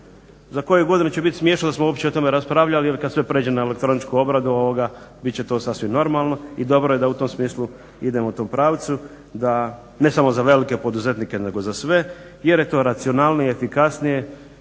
Za koju godinu će bit smiješno da smo uopće o tome raspravljali, jer kad sve prijeđe na elektroničku obradu bit će to sasvim normalno i dobro je da u tom smislu idemo u tom pravcu, da ne samo za velike poduzetnike, nego za sve jer je to racionalnije, efikasnije